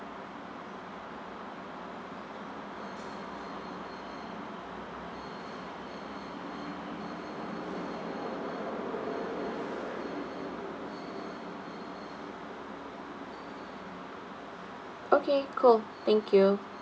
okay cool thank you